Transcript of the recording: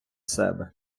себе